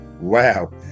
Wow